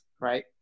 Right